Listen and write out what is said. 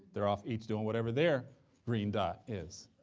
they're off each doing whatever their green dot is,